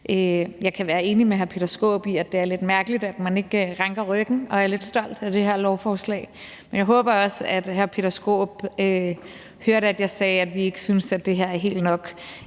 Jeg kan være enig med hr. Peter Skaarup i, at det er lidt mærkeligt, at man ikke ranker ryggen og er lidt stolt af det her lovforslag. Men jeg håber også, at hr. Peter Skaarup hørte, at jeg sagde, at vi ikke synes, at det her helt er nok.